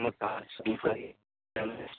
अपनो काज शुरू करी